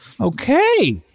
okay